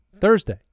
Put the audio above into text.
Thursday